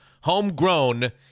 homegrown